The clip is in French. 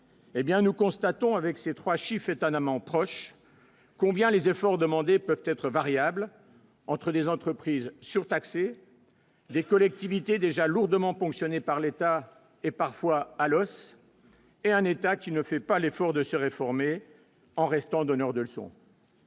hé bien, nous constatons avec ces 3 chiffres étonnamment proches combien les efforts demandés peuvent être variables entre les entreprises surtaxer les collectivités déjà lourdement ponctionnés par l'État et parfois à l'os et un État qui ne fait pas l'effort de se réformer en restant donneur de l'son.